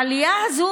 העלייה הזו